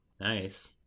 Nice